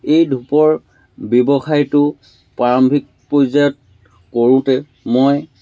এই ধূপৰ ব্যৱসায়টো প্ৰাৰম্ভিক পৰ্য্য়ায়ত কৰোঁতে মই